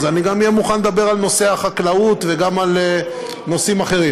אני גם אהיה מוכן לדבר על נושא החקלאות וגם על נושאים אחרים,